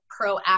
Proactive